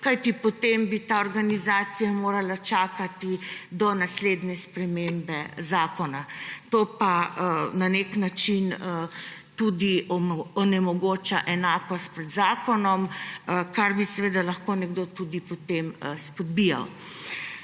kajti potem bi ta organizacija morala čakati do naslednje spremembe zakona. To pa na nek način tudi onemogoča enakost pred zakonom, kar bi lahko nekdo tudi potem izpodbijal.